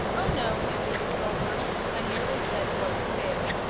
oh, no, answered the sawhorse. i merely said it wasn't fair.